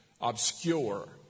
Obscure